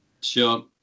Sure